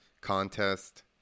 contest